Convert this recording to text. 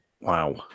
Wow